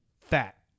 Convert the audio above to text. fat